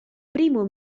primo